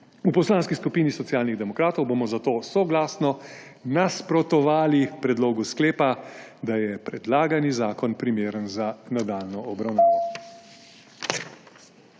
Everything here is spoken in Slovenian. V Poslanski skupini Socialnih demokratov bomo zato soglasno nasprotovali predlogu sklepa, da je predlagani zakon primeren za nadaljnjo obravnavo.